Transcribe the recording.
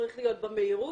אני לא עכשיו בקורס הדרכה